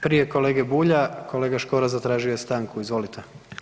Prije kolege Bulja, kolega Škoro zatražio je stanku, izvolite.